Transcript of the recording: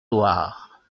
loire